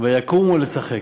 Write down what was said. "ויקֻמו לצחק".